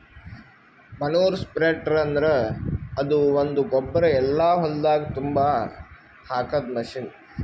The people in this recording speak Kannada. ಮನೂರ್ ಸ್ಪ್ರೆಡ್ರ್ ಅಂದುರ್ ಅದು ಒಂದು ಗೊಬ್ಬರ ಎಲ್ಲಾ ಹೊಲ್ದಾಗ್ ತುಂಬಾ ಹಾಕದ್ ಮಷೀನ್